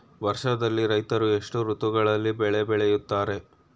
ವರ್ಷದಲ್ಲಿ ರೈತರು ಎಷ್ಟು ಋತುಗಳಲ್ಲಿ ಬೆಳೆ ಬೆಳೆಯುತ್ತಾರೆ?